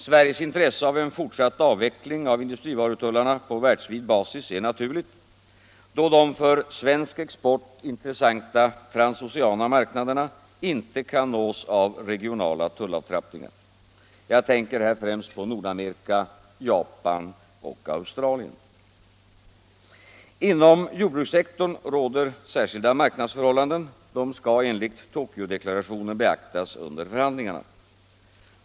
Sveriges intresse av en fortsatt avveckling av industrivarutullarna på världsvid basis är naturligt, då de för svensk export intressanta transoceana marknaderna inte kan nås av regionala tullavtrappningar. Jag tänker här främst på Nordamerika, Japan och Australien. Inom jordbrukssektorn råder särskilda marknadsförhållanden. Dessa skall enligt Tokyodeklarationen beaktas under förhandlingarna.